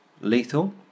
lethal